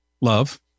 love